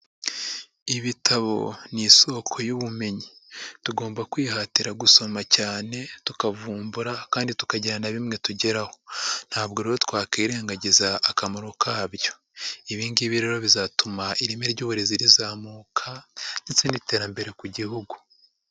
Ibitabo ni isoko y'ubumenyi tugomba kwihatira gusoma cyane tukavumbura kandi tukagira na bimwe tugeraho. Ntabwo rero twakirengagiza akamaro kabyo, ibi ngibi rero bizatuma ireme ry'uburezi rizamuka ndetse n'iterambere ku gihugu.